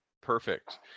Perfect